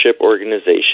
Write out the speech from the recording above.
organization